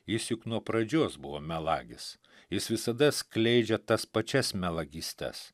jis juk nuo pradžios buvo melagis jis visada skleidžia tas pačias melagystes